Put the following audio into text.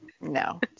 no